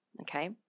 okay